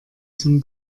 zum